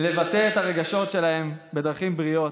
לבטא את הרגשות שלהם בדרכים בריאות,